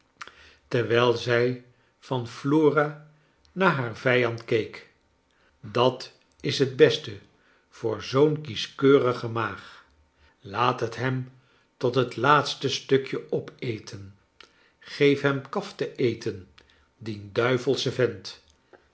terwijl zij van flora naar haar vijand keek dat is het beste voor zoo'n kieschkeurige maag laat het hem tot het laatste stukje opeten geef hem kaf te eten dien duivelschen vent